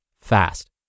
fast